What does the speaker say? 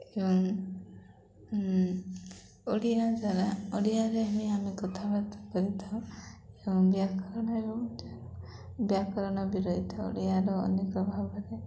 ଏବଂ ଓଡ଼ିଆ ଦ୍ୱାରା ଓଡ଼ିଆରେ ହିଁ ଆମେ କଥାବାର୍ତ୍ତା କରିଥାଉ ଏବଂ ବ୍ୟାକରଣରୁ ବ୍ୟାକରଣ ବି ରହିଥାଉ ଓଡ଼ିଆର ଅନେକ ଭାବରେ